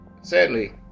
sadly